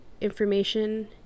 information